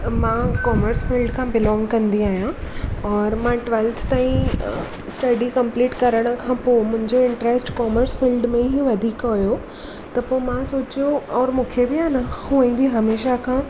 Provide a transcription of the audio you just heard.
मां commerce field खां belong कंदी आहियां और मां ट्वैल्थ ताईं स्टडी कंपलीट करण खां पोइ मुंहिंजो इंट्रैस्ट कोमर्स फील्ड में ई वधीक हुयो त पोइ मां सोचियो और मूंखे बि अञा हुअंई बि हमेशह खां